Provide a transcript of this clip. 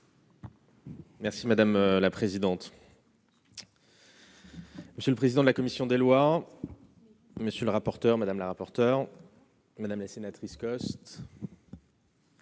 Merci madame la présidente. Monsieur le président de la commission des lois, monsieur le rapporteur, madame la rapporteure. Madame la sénatrice.